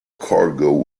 cargo